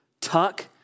tuck